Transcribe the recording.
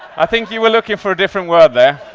i think you were looking for a different word there.